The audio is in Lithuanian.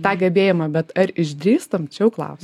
tą gebėjimą bet ar išdrįstam čia jau klaus